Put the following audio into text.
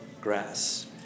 grass